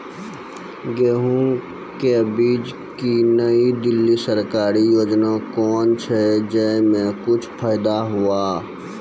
गेहूँ के बीज की नई दिल्ली सरकारी योजना कोन छ जय मां कुछ फायदा हुआ?